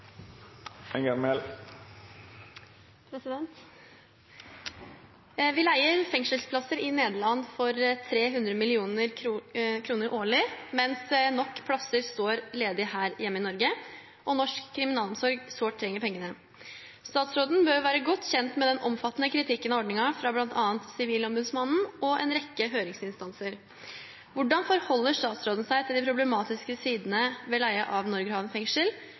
Enger Mehl. «Vi leier fengselsplasser i Nederland for 300 millioner kroner årlig, mens nok plasser står ledige i Norge og norsk kriminalomsorg sårt trenger pengene. Statsråden bør være godt kjent med den omfattende kritikken av ordningen fra blant annet Sivilombudsmannen og en rekke høringsinstanser. Hvordan forholder statsråden seg til de problematiske sidene ved leie av Norgerhaven fengsel,